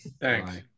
Thanks